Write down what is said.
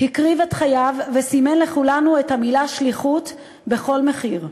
הקריב את חייו וסימן לכולנו את המילה שליחות בכל מחיר.